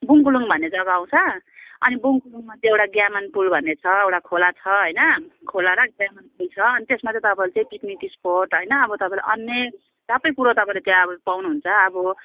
बुङकुलुङ भन्ने जग्गा आउँछ अनि बुङकुलुङमा चाहिँ एउटा ग्यामन पुल भन्ने छ एउटा खोला छ होइन खोला र ग्यामन पुल छ अनि त्यसमा चाहिँ तपाईँले चाहिँ पिकनिक स्पोट होइन अब तपाईँले अन्य सबै कुरो तपाईँले त्यहाँ पाउनुहुन्छ अब